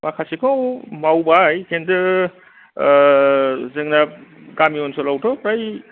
माखासेखौ मावबाय खिन्थु जोंना गामि ओनसोलावथ' फ्राय